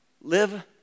Live